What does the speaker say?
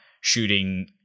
shooting